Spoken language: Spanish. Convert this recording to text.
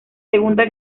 segunda